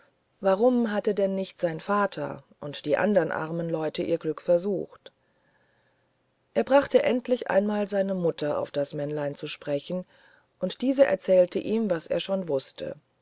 warum hatten denn nicht sein vater und die andern armen leute ihr glück versucht er brachte endlich einmal seine mutter auf das männlein zu sprechen und diese erzählte ihm was er schon wußte